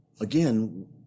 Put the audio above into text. again